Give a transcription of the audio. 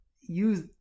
Use